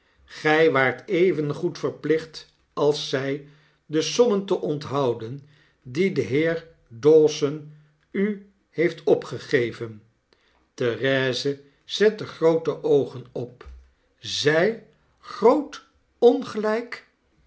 gy waart evengoed verplicht als zy de sommen te onthouden die de heer dawson u heeft opgegeven therese zette groote oogen op zij groot ongelijk